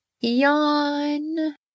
Yawn